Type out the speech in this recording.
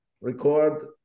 record